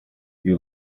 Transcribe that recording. you